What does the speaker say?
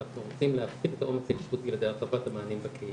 אנחנו רוצים להפחית את העומס של אשפוז על ידי הרחבת המענים בקהילה,